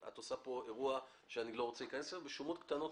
את עושה פה אירוע שאני לא רוצה להיכנס אליו בשומות קטנות.